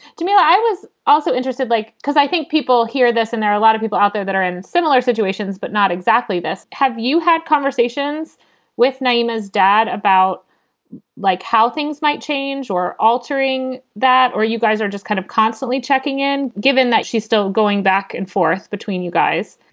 i was. also interested like because i think people hear this and there are a lot of people out there that are in similar situations, but not exactly this. have you had conversations with namus dad about like how things might change or altering that or you guys are just kind of constantly checking in? given that she's still going back and forth between you guys,